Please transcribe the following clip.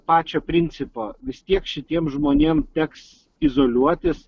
pačio principo vis tiek šitiem žmonėm teks izoliuotis